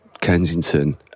Kensington